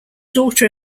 daughter